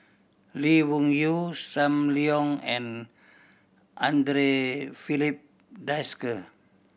Lee Wung Yew Sam Leong and Andre Filipe Desker